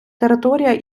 територія